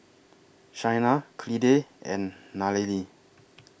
Chynna Clide and Nallely